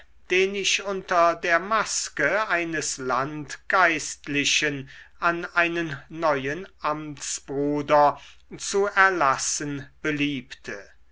den ich unter der maske eines landgeistlichen an einen neuen amtsbruder zu erlassen beliebte